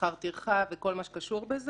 -- שכר טרחה וכל מה שקשור בזה,